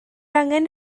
angen